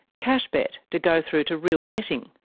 cash bet to go through to real betting.